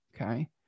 okay